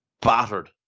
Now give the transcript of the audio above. battered